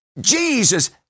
Jesus